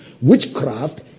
Witchcraft